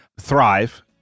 thrive